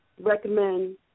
recommend